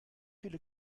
viele